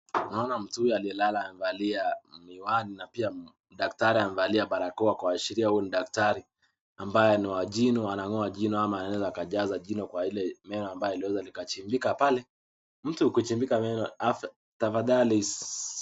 Naona mtu huyu aliye lala amevalia miwani, na pia daktari amevalia barakoa Kuashiria huyu ni daktari ambaye ni wajino, anangoa jino ama anaeza kujaza jino ambayo imeechimbika. mtu akichimbika tafadhali